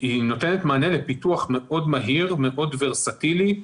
נותנת מענה לפיתוח מאוד מהיר, מאוד ורסטילי.